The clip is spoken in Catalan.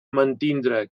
mantindre